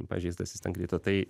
pažeistas jis ten krito tai